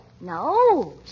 No